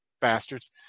bastards